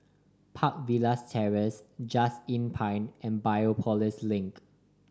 Park Villas Terrace Just Inn Pine and Biopolis Link